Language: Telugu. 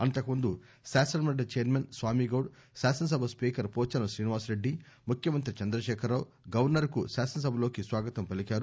అంతకుముందు శాసనమండలి చైర్మన్ స్వామిగౌడ్ శాసనసభ స్పీకర్ పోచారం శ్రీనివాసరెడ్డి ముఖ్యమంత్రి చంద్రకేఖరరావు గవర్సర్ కు శాసనసభలోకి స్వాగతం పలికారు